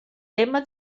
tema